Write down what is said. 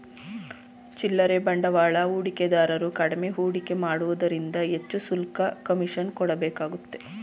ಚಿಲ್ಲರೆ ಬಂಡವಾಳ ಹೂಡಿಕೆದಾರರು ಕಡಿಮೆ ಹೂಡಿಕೆ ಮಾಡುವುದರಿಂದ ಹೆಚ್ಚು ಶುಲ್ಕ, ಕಮಿಷನ್ ಕೊಡಬೇಕಾಗುತ್ತೆ